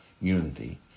unity